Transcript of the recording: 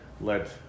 let